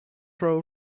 throw